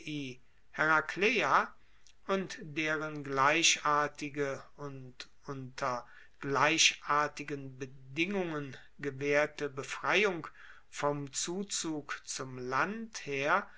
herakleia und deren gleichartige und unter gleichartigen bedingungen gewaehrte befreiung vom zuzug zum